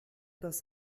das